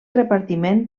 repartiment